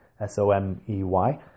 S-O-M-E-Y